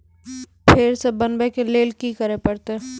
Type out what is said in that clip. फेर सॅ बनबै के लेल की करे परतै?